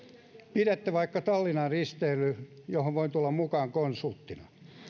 pidätte vaikka tallinnan risteilyn johon voin tulla mukaan konsulttina